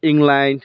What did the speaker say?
England